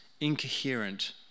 incoherent